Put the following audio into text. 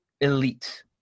elite